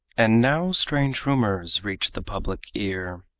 and now strange rumors reach the public ear,